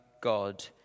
God